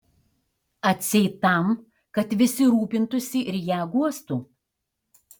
atseit tam kad visi rūpintųsi ir ją guostų